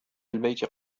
البيت